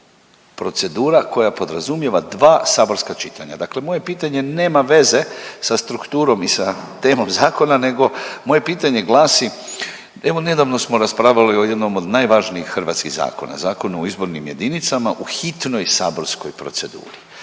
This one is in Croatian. procedura koja podrazumijeva dva saborska čitanja. Dakle, moje pitanje nema veze sa strukturom i sa temom zakona nego moje pitanje glasi, evo nedavno smo raspravili o jednom od najvažnijih hrvatskih zakona, Zakona o izbornim jedinicama u hitnoj saborskoj proceduri,